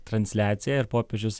transliacija ir popiežius